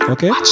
Okay